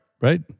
right